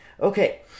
Okay